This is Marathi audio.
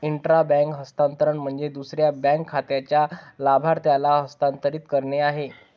इंट्रा बँक हस्तांतरण म्हणजे दुसऱ्या बँक खात्याच्या लाभार्थ्याला हस्तांतरित करणे आहे